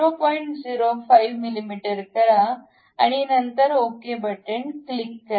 05 मिमी करा आणि नंतर ओके क्लिक करा